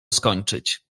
skończyć